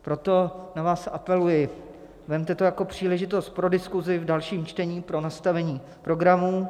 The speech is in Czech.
Proto na vás apeluji: vezměte to jako příležitost pro diskuzi v dalším čtení, pro nastavení programů.